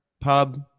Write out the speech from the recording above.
pub